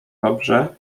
dobrze